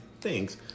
Thanks